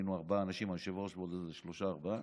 היינו ארבעה אנשים: היושב-ראש ועוד איזה שלושה-ארבעה.